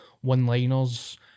one-liners